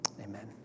Amen